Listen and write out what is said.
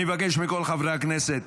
אני מבקש מכל חברי הכנסת.